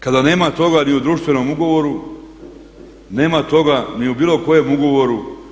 Kada nema toga ni u društvenom ugovoru, nema toga ni u bilo kojem ugovoru?